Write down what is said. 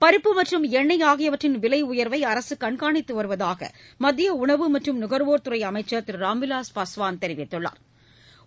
பருப்பு மற்றும் எண்ணெய் ஆகியவற்றின் விலை உயர்வை அரசு கண்காணித்து வருவதாக மத்திய உணவு மற்றும் நுகா்வோா் துறை அமைச்சா் திரு ராம்விலாஸ் பாஸ்வான் தெரிவித்துள்ளாா்